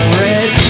red